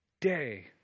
day